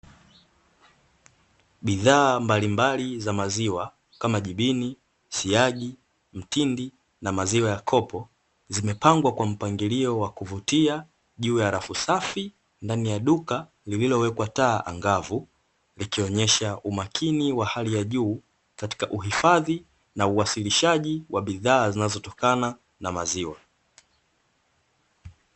Bidhaa mbalimbali za maziwa kama jibini, siagi, mtindi na maziwa ya kopo zimepangwa kwa mpangilio wa kuvutia juu ya rafu safi, ndani ya duka lililowekwa taa angavu ikionyesha umakini wa hali ya juu katika hufadhi na uwasilishaji wa bidhaa zinazotokana na maziwa.